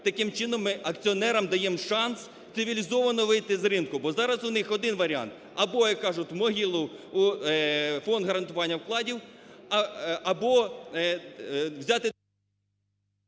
Таким чином, ми акціонерам даємо шанс цивілізовано вийти з ринку, бо зараз у них один варіант: або, як кажуть, у могилу – у Фонд гарантування вкладів, або взяти